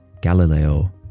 Galileo